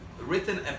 written